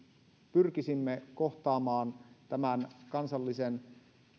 pyrkisimme kohtaamaan tämän kansallisen